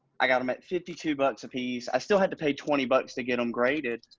i got em at fifty two bucks a piece. i still had to pay twenty bucks to get em graded.